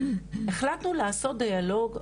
החלטנו לעשות דיאלוג,